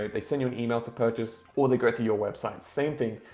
they send you an email to purchase or they go through your website. same thing.